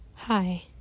Hi